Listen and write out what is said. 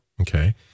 Okay